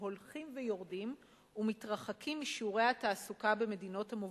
הולכים ויורדים ומתרחקים משיעורי התעסוקה במדינות המובילות,